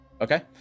Okay